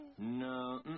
No